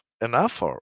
enough